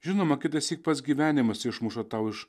žinoma kitąsyk pats gyvenimas išmuša tau iš